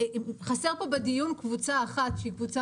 חסר בו בדיון קבוצה אחת שהיא קבוצה